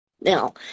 Now